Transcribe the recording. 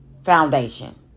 foundation